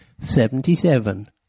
Seventy-seven